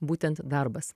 būtent darbas